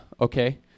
okay